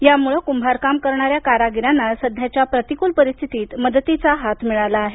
यामुळे कुंभारकाम करणाऱ्या कारागिरांना सध्याच्या प्रतिकूल परिस्थितीत मदतीचा हात मिळाला आहे